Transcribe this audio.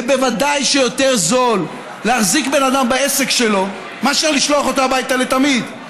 ודאי שיותר זול להחזיק בן אדם בעסק שלו מאשר לשלוח אותו הביתה לתמיד.